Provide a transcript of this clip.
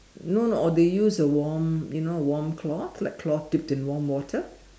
no no or they use a warm you know a warm cloth like cloth dipped in warm water